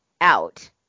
out